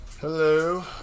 Hello